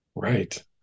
Right